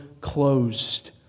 closed